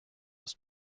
aus